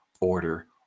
order